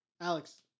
Alex